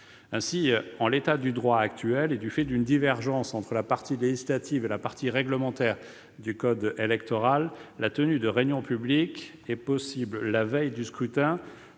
Ainsi, en l'état du droit, et du fait d'une divergence entre la partie législative et la partie réglementaire du code électoral, la tenue de réunions publiques est possible la veille du scrutin,